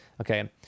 Okay